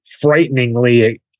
frighteningly